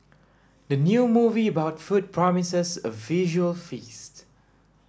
the new movie about food promises a visual feast